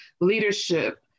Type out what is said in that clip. leadership